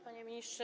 Panie Ministrze!